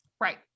Right